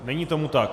Není tomu tak.